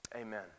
Amen